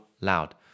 loud